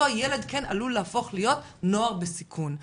אותו ילד עלול להפוך להיות נוער בסיכון.